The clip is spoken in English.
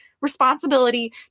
responsibility